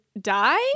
die